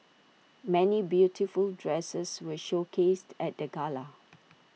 many beautiful dresses were showcased at the gala